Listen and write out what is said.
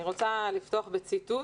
אני רוצה לפתוח בציטוט